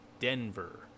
Denver